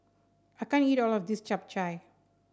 I can't eat all of this Chap Chai